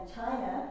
China